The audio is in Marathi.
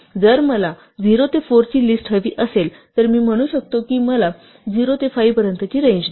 जर मला 0 ते 4 ची लिस्ट हवी असेल तर मी म्हणू शकतो की मला 0 ते 5 पर्यंतची रेंज द्या